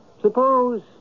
Suppose